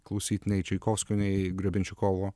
klausyt nei čaikovskio nei grebenščikovo